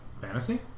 Fantasy